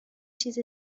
چیز